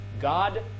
God